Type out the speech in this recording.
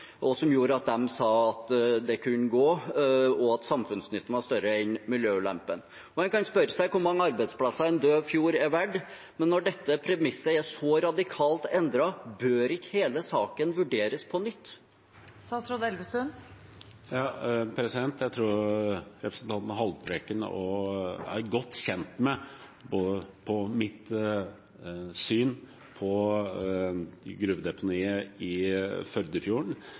og som gjorde at de sa at det kunne gå, og at samfunnsnytten var større enn miljøulempene. Man kan spørre seg hvor mange arbeidsplasser en død fjord er verdt, men når dette premisset er så radikalt endret, bør ikke hele saken vurderes på nytt? Jeg tror representanten Haltbrekken er godt kjent med mitt syn på gruvedeponiet i Førdefjorden,